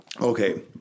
Okay